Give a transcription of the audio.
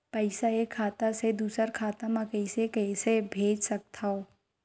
पईसा एक खाता से दुसर खाता मा कइसे कैसे भेज सकथव?